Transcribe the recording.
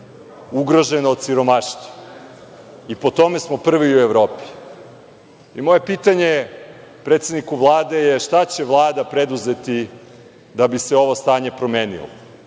ugrožen od siromaštva. Po tome smo prvi u Evropi. Moje pitanje je predsedniku Vlade – šta će Vlada preduzeti da bi se ovo stanje promenilo?